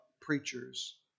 preachers